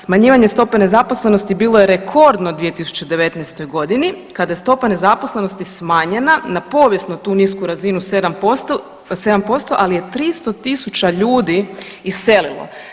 Smanjivanje stope nezaposlenosti bilo je rekordno u 2019. kada je stopa nezaposlenosti smanjena na povijesnu tu nisku razinu od 7%, ali je 300 tisuća ljudi iselilo.